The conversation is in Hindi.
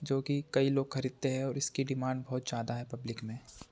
जोकि कई लोग खरीदते है और इसकी डिमांड बहुत ज़्यादा है पब्लिक में